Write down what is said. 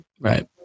Right